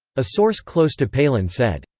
a source close to palin said,